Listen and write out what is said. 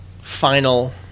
final